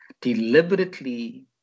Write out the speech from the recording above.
deliberately